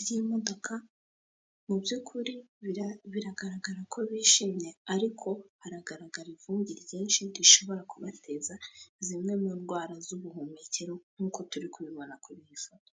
ry'imodoka, mu by'ukuri biragaragara ko bishimye, ariko haragaragara ivumbi ryinshi rishobora kubateza zimwe mu ndwara z'ubuhumekero nk'uko turi kubibona kuri iyi foto.